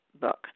book